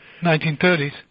1930s